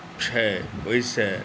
छै ओहिसँ